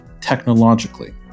technologically